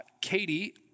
Katie